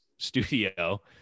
studio